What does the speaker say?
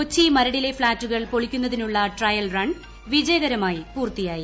കൊച്ചി മരടിലെ ഫ്ളാറ്റുകൾ പ്പിളിക്കുന്നതിനുള്ള ട്രയൽ റൺ വിജയകരമായി പൂർത്തിയായി